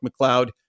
McLeod